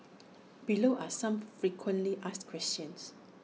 below are some frequently asked questions